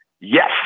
yes